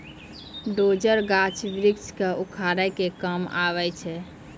dozer, गाछ वृक्ष क उखाड़े के काम आवै छै